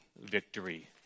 victory